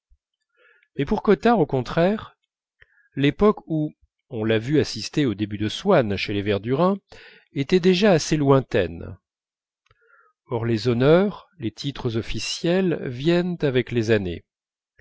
mais pour cottard au contraire l'époque où on l'a vu assister aux débuts de swann chez les verdurin était déjà assez lointaine or les honneurs les titres officiels viennent avec les années